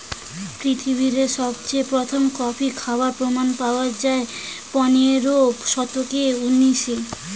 পৃথিবীরে সবচেয়ে প্রথম কফি খাবার প্রমাণ পায়া যায় পনেরোর শতকে ইয়েমেনে